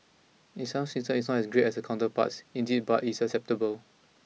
its sound system is not as great as the counterparts indeed but it is acceptable